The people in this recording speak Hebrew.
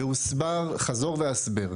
והוא הוסבר חזור והסבר,